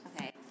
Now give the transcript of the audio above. Okay